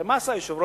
הרי מה עשה יושב-ראש